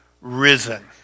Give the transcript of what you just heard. risen